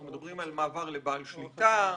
אנחנו מדברים על מעבר לבעל שליטה.